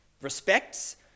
respects